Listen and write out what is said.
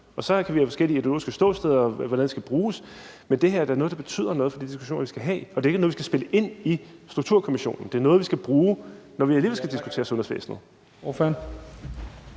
Så kan vi have forskellige ideologiske ståsteder, i forhold til hvordan det skal bruges. Men det her er da noget, der betyder noget for de diskussioner, vi skal have, og det er ikke noget, vi skal spille ind med i forhold til Sundhedsstrukturkommissionen. Det er noget, vi skal bruge, når vi alligevel skal diskutere sundhedsvæsenet.